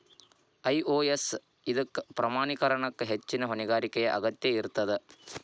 IOS ಇದಕ್ಕ ಪ್ರಮಾಣೇಕರಣಕ್ಕ ಹೆಚ್ಚಿನ್ ಹೊಣೆಗಾರಿಕೆಯ ಅಗತ್ಯ ಇರ್ತದ